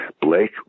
Blake